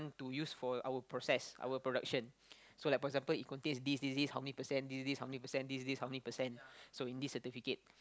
to use for our process our production so like for example it contains this this this how many percent this this how many percent this this how many percent so in this certificate